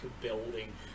building